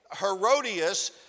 Herodias